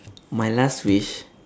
my last wish